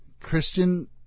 christian